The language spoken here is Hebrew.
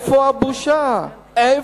איפה הבושה?